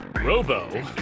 robo